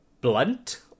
blunt